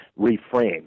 reframe